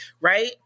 right